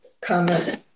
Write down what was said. comment